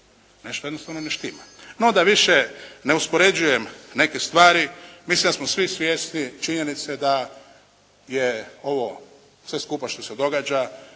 nešto jednostavno ne štima. No, da više ne uspoređujem neke stvari mislim da smo svi svjesni činjenice da je ovo sve skupa što se događa